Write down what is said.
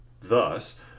Thus